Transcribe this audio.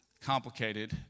complicated